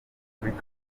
afurika